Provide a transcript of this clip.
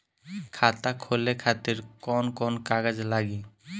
खाता खोले खातिर कौन कौन कागज लागी?